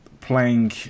playing